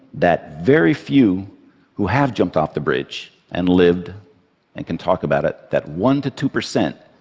that very few who have jumped off the bridge and lived and can talk about it, that one to two percent,